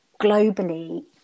globally